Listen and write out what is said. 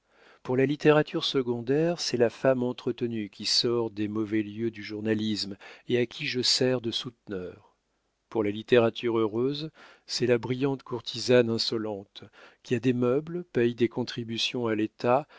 pour la littérature secondaire c'est la femme entretenue qui sort des mauvais lieux du journalisme et à qui je sers de souteneur pour la littérature heureuse c'est la brillante courtisane insolente qui a des meubles paye des contributions à l'état